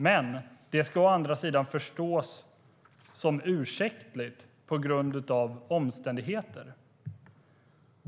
Å andra sidan ska det förstås som ursäktligt på grund av omständigheter.